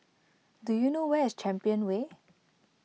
do you know where is Champion Way